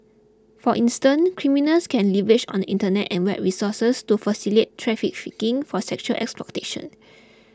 for instance criminals can leverage on the Internet and web resources to facilitate trafficking for sexual exploitation